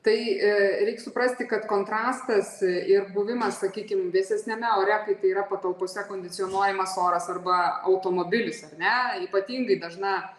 tai reik suprasti kad kontrastas ir buvimas sakykim vėsesniame ore kai tai yra patalpose kondicionuojamas oras arba automobilis ar ne ypatingai dažna